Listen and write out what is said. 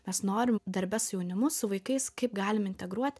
mes norim darbe su jaunimu su vaikais kaip galim integruot